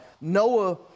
Noah